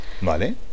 Vale